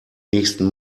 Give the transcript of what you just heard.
nächsten